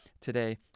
today